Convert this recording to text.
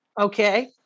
Okay